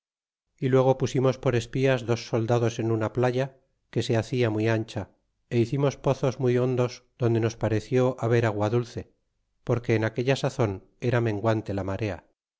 y luego pusimos por espias dos soldados en una playa que se hacia muy ancha e hicimos pozos muy hondos donde nos pareció haber agua dulce porque en aquella sazon era menguante la marea